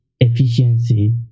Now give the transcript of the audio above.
efficiency